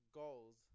goals